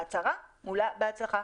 שההצהרה מולאה בהצלחה,